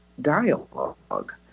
dialogue